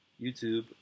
YouTube